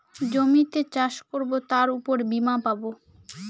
জমিতে চাষ করবো তার উপর বীমা পাবো